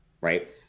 right